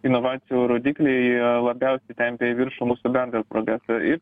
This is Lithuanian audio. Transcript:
inovacijų rodikliai labiausiai tempia į viršų mūsų bendrą progresą ir